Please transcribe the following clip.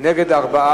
נגד,